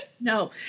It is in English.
No